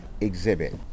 exhibit